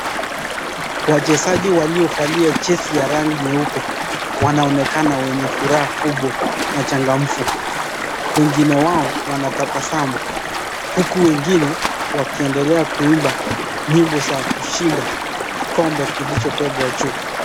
Wachezaji waliyovalia jezi ya rangi nyeupe wanaonekana wenye furaha kubwa na changamfu. Wengine wao wanatabasamu, huku wengine wakiendelea kuimba nyimbo za kushinda kikombe kilichobebwa juu.